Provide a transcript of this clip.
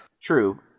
True